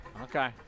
Okay